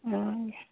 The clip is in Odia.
ହଁ ଆଜ୍ଞା